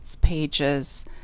pages